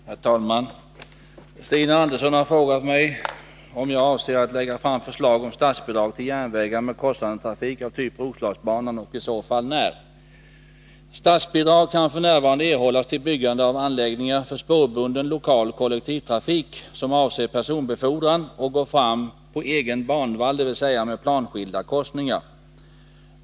Herr talman! Stina Andersson har frågat mig om jag avser att lägga fram förslag om statsbidrag till järnvägar med korsande trafik av typ Roslagsbanan och i så fall när. Statsbidrag kan f. n. erhållas till byggande av anläggningar för spårbunden lokal kollektivtrafik som avser personbefordran och går fram på egen banvall, dvs. med planskilda korsningar.